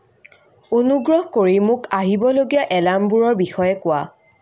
অনুগ্ৰ্ৰহ কৰি মোক আহিবলগীয়া এলাৰ্মবোৰৰ বিষয়ে কোৱা